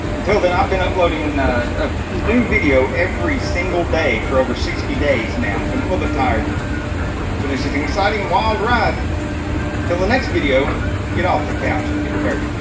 until then i've been uploading a new video every single day for over sixty days now so i'm a little bit tired but this is exciting wild ride till the next video get off the couch and get dirty